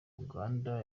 uganda